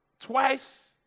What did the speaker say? Twice